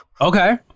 Okay